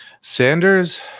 sanders